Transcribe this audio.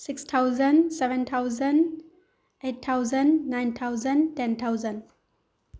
six thousand seven thousand eight thousand nine thousand ten thousand